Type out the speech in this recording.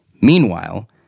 Meanwhile